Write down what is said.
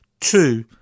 Two